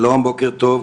שלום, בוקר טוב.